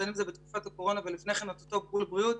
בין אם זה בתקופת הקורונה ולפני כן את אותו גמול בריאות,